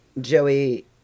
Joey